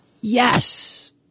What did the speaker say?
Yes